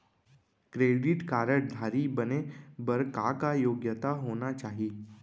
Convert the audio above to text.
Credit card धारी बने बर का का योग्यता होना चाही?